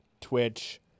Twitch